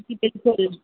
جی بالکل